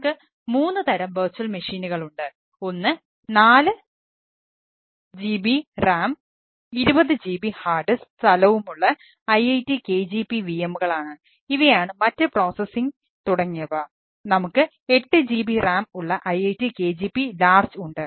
നമുക്ക് മൂന്ന് തരം വെർച്വൽ മെഷീനുകളുണ്ട്